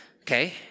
okay